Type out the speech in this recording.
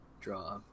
draw